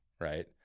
Right